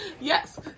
yes